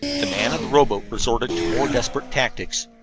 the man of the rowboat resorted to more desperate tactics.